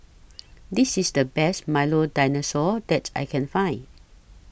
This IS The Best Milo Dinosaur that I Can Find